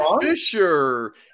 Fisher –